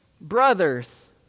Brothers